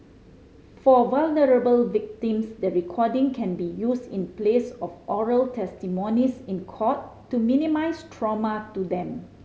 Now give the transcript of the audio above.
for vulnerable victims that the recording can be used in place of oral testimonies in court to minimise trauma to them